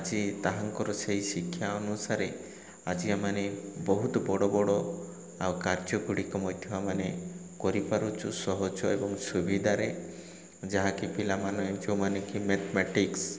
ଆଜି ତାହାଙ୍କର ସେଇ ଶିକ୍ଷା ଅନୁସାରେ ଆଜି ଆମମାନେ ବହୁତ ବଡ଼ ବଡ଼ ଆଉ କାର୍ଯ୍ୟଗୁଡ଼ିକ ମଧ୍ୟ ଆମମାନେ କରିପାରୁଛୁ ସହଜ ଏବଂ ସୁବିଧାରେ ଯାହାକି ପିଲାମାନେ ଯେଉଁମାନେ କି ମାଥମେଟିକ୍ସ